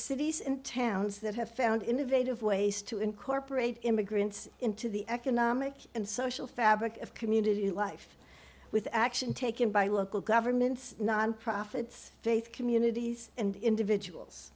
cities and towns that have found innovative ways to incorporate immigrants into the economic and social fabric of community life with action taken by local governments non profits faith communities and individuals